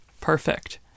perfect